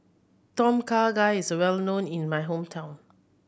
Tom Kha Gai is well known in my hometown